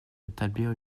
rétablir